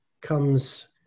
comes